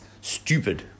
stupid